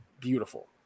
beautiful